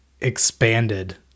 expanded